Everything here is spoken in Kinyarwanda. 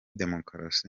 demokarasi